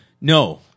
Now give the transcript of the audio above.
No